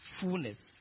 Fullness